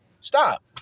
Stop